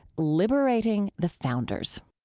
liberating the founders.